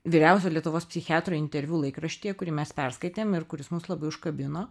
vyriausio lietuvos psichiatro interviu laikraštyje kurį mes perskaitėm ir kuris mus labai užkabino